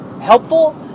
helpful